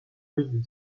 l’une